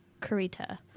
Karita